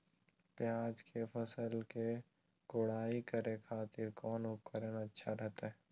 प्याज के फसल के कोढ़ाई करे खातिर कौन उपकरण अच्छा रहतय?